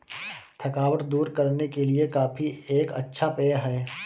थकावट दूर करने के लिए कॉफी एक अच्छा पेय है